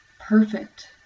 perfect